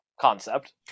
concept